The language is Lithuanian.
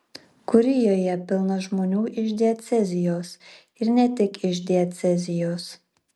kurijoje pilna žmonių iš diecezijos ir ne tik iš diecezijos